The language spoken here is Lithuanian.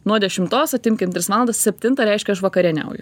nuo dešimtos atimkim tris valandas septintą reiškia aš vakarieniauju